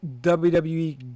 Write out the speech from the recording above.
WWE